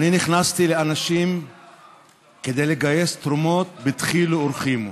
נכנסתי לאנשים כדי לגייס תרומות בדחילו ורחימו,